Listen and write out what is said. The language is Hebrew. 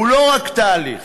הוא לא רק תהליך,